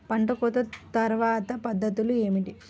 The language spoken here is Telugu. పంట కోత తర్వాత పద్ధతులు ఏమిటి?